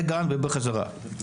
לגן ובחזרה הביתה.